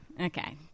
Okay